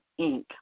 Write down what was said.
Inc